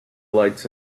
lights